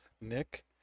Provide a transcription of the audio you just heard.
Nick